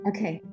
Okay